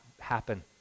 happen